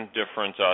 different